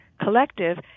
collective